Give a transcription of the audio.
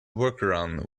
workaround